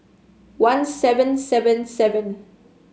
one seven seven seven